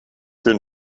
bin